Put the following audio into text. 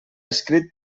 escrit